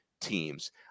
teams